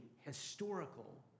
historical